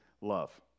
love